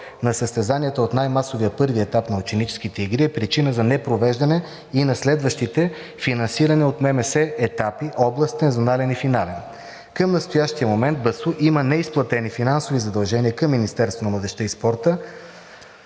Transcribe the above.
на състезанията от най-масовия първи етап на ученическите игри е причина за непровеждане и на следващите финансирани от Министерството на младежта и спорта етапи – областен, зонален и финален. Към настоящия момент БАСУ има неизплатени финансови задължения към Министерството на младежта и спорта